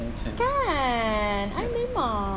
kan I memang